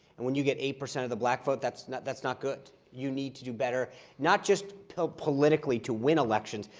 and when you get eight percent of the black vote, that's not that's not good. you need to do better not just politically to win elections,